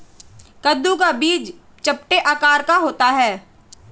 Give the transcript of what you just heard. कद्दू का बीज चपटे आकार का होता है